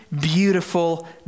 beautiful